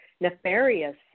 nefarious